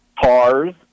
Cars